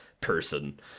person